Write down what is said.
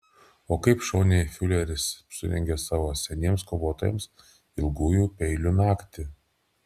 o kaip šauniai fiureris surengė savo seniems kovotojams ilgųjų peilių naktį